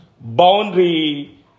boundary